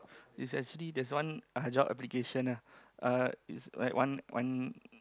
it's actually there's one uh job application ah uh it's like one one